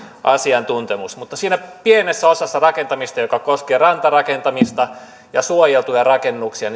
asiantuntemus mutta siinä pienessä osassa rakentamista joka koskee rantarakentamista ja suojeltuja rakennuksia